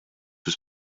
was